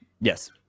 Yes